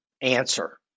answer